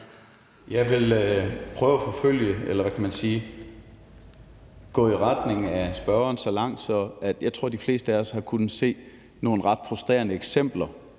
Jeg vil prøve at følge – eller hvad kan man sige – gå så langt i retning af spørgeren, at jeg vil sige, at de fleste af os har kunnet se nogle ret frustrerende eksempler